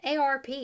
ARP